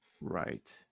Right